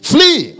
Flee